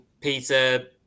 Peter